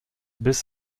bis